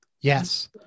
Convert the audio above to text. Yes